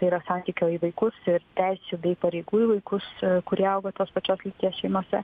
tai yra santykio į vaikus ir teisių bei pareigų į vaikus kurie auga tos pačios lyties šeimose